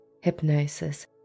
Hypnosis